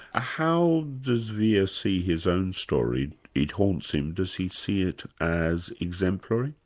ah how does vere see his own story it haunts him, does he see it as exemplary?